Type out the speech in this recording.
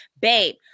babe